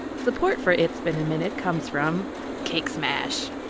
support for it's been a minute comes from cake smash.